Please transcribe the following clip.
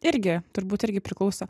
irgi turbūt irgi priklauso